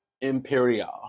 Imperial